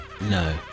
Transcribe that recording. No